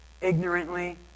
ignorantly